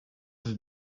have